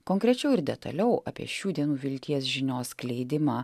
konkrečiau ir detaliau apie šių dienų vilties žinios skleidimą